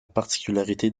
particularité